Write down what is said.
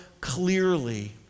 clearly